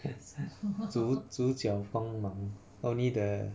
主主角帮忙 only the